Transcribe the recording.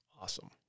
awesome